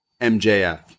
MJF